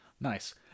Nice